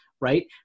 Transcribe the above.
right